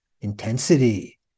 intensity